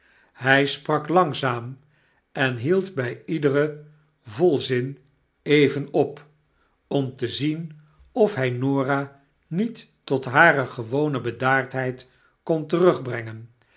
hy sprak langzaam en hield by iederen volzin even op om te zien of fry norah niet tot hare gewone bedaardheid kon terugbrengen